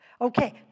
okay